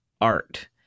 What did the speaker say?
art